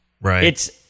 right